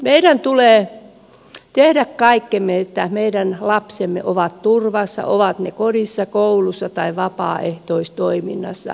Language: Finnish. meidän tulee tehdä kaikkemme että meidän lapsemme ovat turvassa ovat he sitten kodissa koulussa tai vapaaehtoistoiminnassa